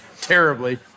terribly